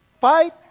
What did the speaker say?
Fight